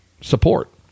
support